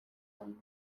own